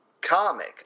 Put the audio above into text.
comic